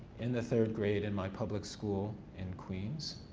in the third grade in my public school in queens,